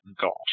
golf